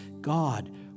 God